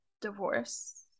divorce